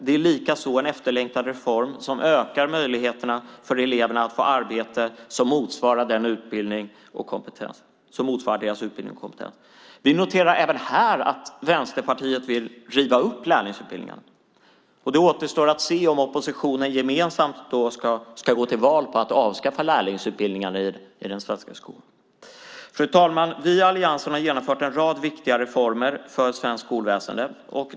Det är likaså en efterlängtad reform som ökar möjligheterna för eleverna att få arbete som motsvarar deras utbildning och kompetens. Vi noterar att Vänsterpartiet vill riva upp även lärlingsutbildningen. Det återstår att se om oppositionen gemensamt ska gå till val på att avskaffa lärlingsutbildningarna i den svenska skolan. Fru talman! Vi i alliansen har genomfört en rad viktiga reformer för svenskt skolväsen.